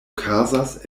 okazas